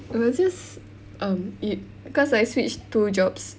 it was just um it because I switch two jobs